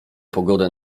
pogodę